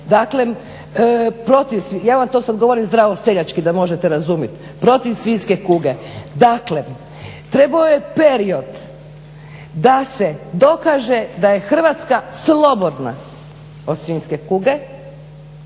su se cijepile dakle, ja vam to sad govorim zdravo seljački, da možete razumjet protiv svinjske kuge. Dakle, trebao je period da se dokaže da je Hrvatska slobodna od svinjske kuge.